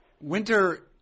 Winter